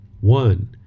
One